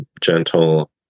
gentle